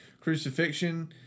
Crucifixion